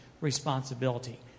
responsibility